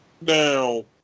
Now